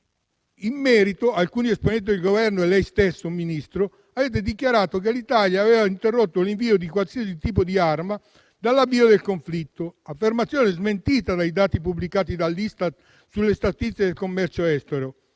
In merito, alcuni esponenti del Governo hanno dichiarato che l'Italia aveva interrotto l'invio di "qualsiasi tipo di arma" dall'avvio del conflitto. Un'affermazione smentita dai dati pubblicati da ISTAT sulle statistiche del commercio estero: